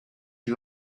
you